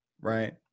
right